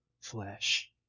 flesh